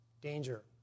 danger